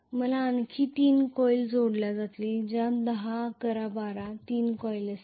मला आणखी 3 कॉइल्स जोडल्या जातील ज्या 10 11 आणि 12 तीन कॉइल असतील